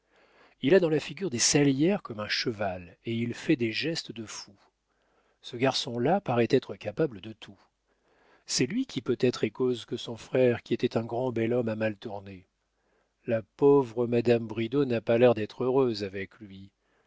il a dans la figure des salières comme un cheval et il fait des gestes de fou ce garçon-là paraît être capable de tout c'est lui qui peut-être est cause que son frère qui était un grand bel homme a mal tourné la pauvre madame bridau n'a pas l'air d'être heureuse avec lui